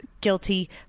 guilty